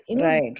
Right